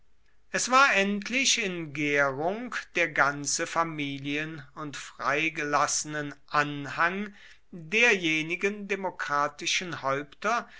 es war endlich in gärung der ganze familien und freigelassenenanhang derjenigen demokratischen häupter